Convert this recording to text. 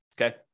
Okay